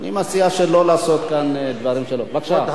אני מציע שלא לעשות כאן דברים שלא, בבקשה.